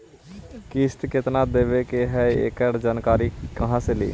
किस्त केत्ना देबे के है एकड़ जानकारी कहा से ली?